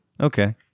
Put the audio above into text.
Okay